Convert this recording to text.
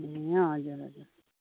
ए हजुर हजुर